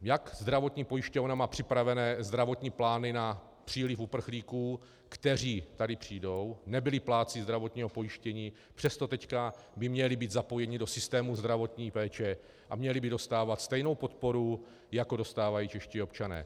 Jak má zdravotní pojišťovna připravené zdravotní plány na příliv uprchlíků, kteří přijdou, nebyli plátci zdravotního pojištění, a přesto by teď měli být zapojeni do systému zdravotní péče a měli by dostávat stejnou podporu, jakou dostávají čeští občané?